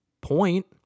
Point